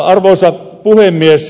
arvoisa puhemies